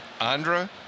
Andra